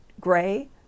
gray